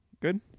Good